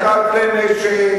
לקחת כלי נשק,